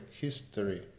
history